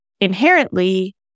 inherently